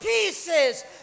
pieces